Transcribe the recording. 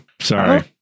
sorry